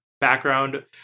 background